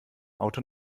auto